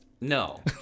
No